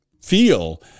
feel